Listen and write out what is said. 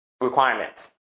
requirements